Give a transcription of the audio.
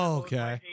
okay